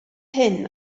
hyn